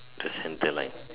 just center line